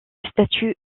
statut